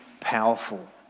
powerful